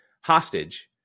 hostage